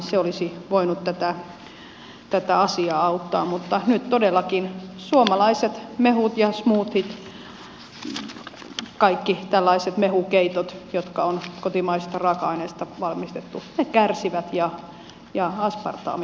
se olisi voinut tätä asiaa auttaa mutta nyt todellakin suomalaiset mehut smoothiet ja mehukeitot kaikki tällaiset jotka on kotimaisista raaka aineista valmistettu kärsivät ja aspartaamijuomat voittavat